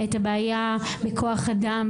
את הבעיה בכוח אדם,